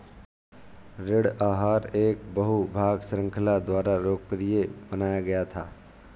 ऋण आहार एक बहु भाग श्रृंखला द्वारा लोकप्रिय बनाया गया था